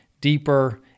deeper